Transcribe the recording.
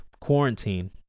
quarantine